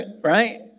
Right